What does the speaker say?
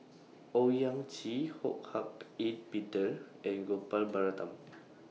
Owyang Chi Ho Hak Ean Peter and Gopal Baratham